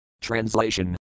Translation